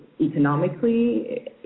economically